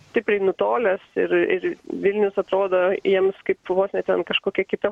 stipriai nutolęs ir ir vilnius atrodo jiems kaip vos ne ten kažkokia kita